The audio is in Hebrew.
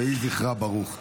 ויהי זכרה ברוך.